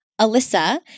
Alyssa